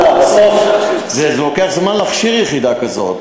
בסוף, לוקח זמן להכשיר יחידה כזאת.